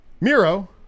Miro